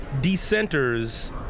decenters